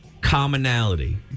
commonality